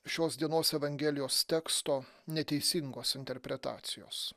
šios dienos evangelijos teksto neteisingos interpretacijos